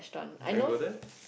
you want to go there